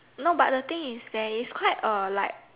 no but the thing is there is quite a like